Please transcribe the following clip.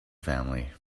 family